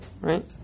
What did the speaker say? Right